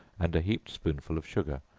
and a heaped spoonful of sugar,